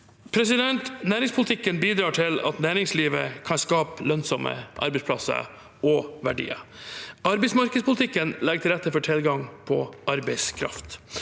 samfunnslivet. Næringspolitikken bidrar til at næringslivet kan skape lønnsomme arbeidsplasser og verdier. Arbeidsmarkedspolitikken legger til rette for tilgang på arbeidskraft.